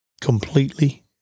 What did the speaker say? completely